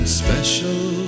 special